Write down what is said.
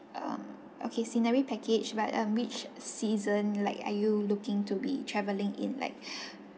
um okay scenery package but um which season like are you looking to be travelling in like